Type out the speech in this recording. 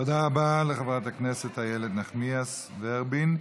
תודה רבה לחברת הכנסת איילת נחמיאס ורבין.